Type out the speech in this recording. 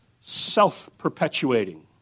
self-perpetuating